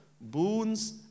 boons